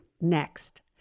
Next